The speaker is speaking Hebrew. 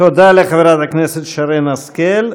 תודה לחברת הכנסת שרן השכל.